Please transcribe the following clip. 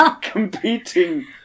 competing